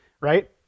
right